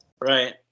Right